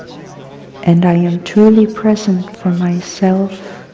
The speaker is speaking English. and i am truly present for myself